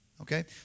Okay